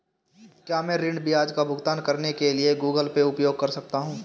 क्या मैं ऋण ब्याज का भुगतान करने के लिए गूगल पे उपयोग कर सकता हूं?